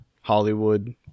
Hollywood